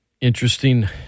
interesting